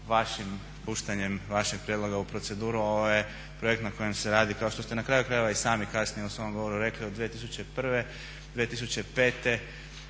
vašim puštanjem vašeg prijedloga u proceduru, ovo je projekt na kojem se radi kao što ste na kraju krajeva i sami kasnije u svom govoru rekli od 2001., 2005.